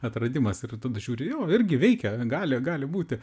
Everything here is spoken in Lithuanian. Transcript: atradimas ir tada žiūri jo irgi veikia gali gali būti